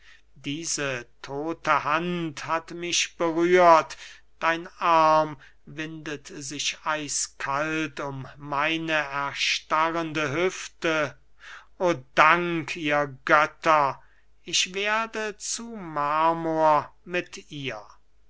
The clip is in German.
diese todte hand hat mich berührt dein arm windet sich eiskalt um meine erstarrende hüfte o dank ihr götter ich werde zu marmor mit ihr